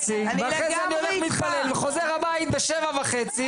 ואחרי זה הולך להתפלל וחוזר לבית ב-7:30.